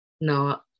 No